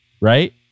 Right